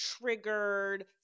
triggered